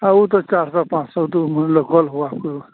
हाँ वह तो चार सौ पाँच सौ तो वह तो माने लोकल हुआ कोई